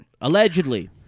Allegedly